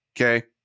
okay